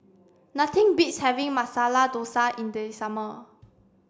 nothing beats having Masala Dosa in the summer